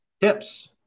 Tips